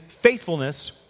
faithfulness